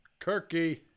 Kirky